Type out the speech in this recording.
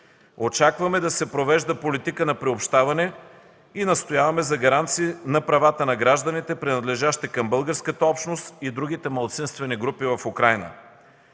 Очакваме да се провежда политика на приобщаване и настояваме за гаранции за правата на гражданите, принадлежащи към българската общност и към другите малцинствени групи в Украйна.